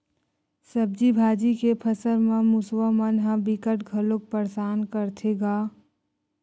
सब्जी भाजी के फसल म मूसवा मन ह बिकट घलोक परसान करथे गा